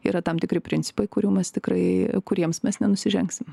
yra tam tikri principai kurių mes tikrai kuriems mes nenusižengsim